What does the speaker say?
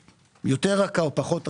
יותר רכה או פחות רכה,